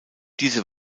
diese